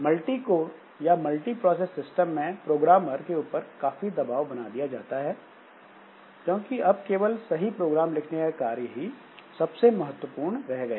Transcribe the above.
multicore या multi process system में programmer के ऊपर काफी दबाव बना दिया है क्योंकि अब केवल सही प्रोग्राम लिखने का कार्य ही सबसे महत्वपूर्ण रह गया है